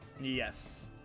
Yes